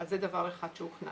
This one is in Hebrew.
אז זה דבר אחד שהוכנס.